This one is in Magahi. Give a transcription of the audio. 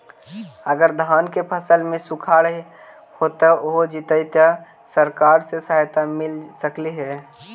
अगर धान के फ़सल में सुखाड़ होजितै त सरकार से सहायता मिल सके हे?